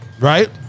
right